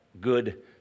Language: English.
good